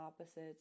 opposites